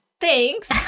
Thanks